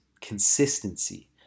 consistency